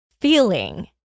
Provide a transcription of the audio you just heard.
feeling